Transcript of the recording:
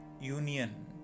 union